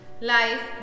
Life